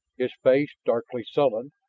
his face darkly sullen,